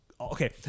Okay